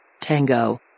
Tango